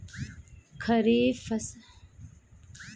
मेरे मोहल्ले की चाय की दूकान भी छोटा व्यापार है